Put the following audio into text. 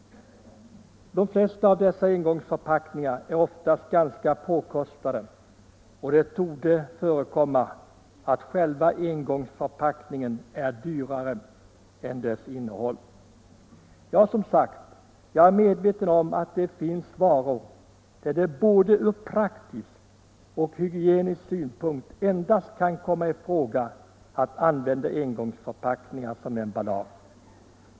De flesta av dessa engångsförpackningar är ganska påkostade, och det torde förekomma att själva engångsförpackningen är dyrare än dess innehåll. Jag är medveten om att det finns varor där det från både praktisk och hygienisk synpunkt endast kan bli fråga om att använda engångsförpackningar som emballage.